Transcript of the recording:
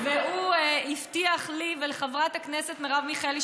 והוא הבטיח לי ולחברת הכנסת מרב מיכאלי,